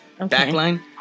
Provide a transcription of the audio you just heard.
Backline